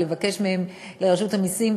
לרשות המסים,